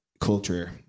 culture